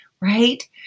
right